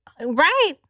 Right